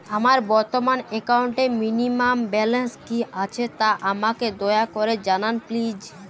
আমার বর্তমান একাউন্টে মিনিমাম ব্যালেন্স কী আছে তা আমাকে দয়া করে জানান প্লিজ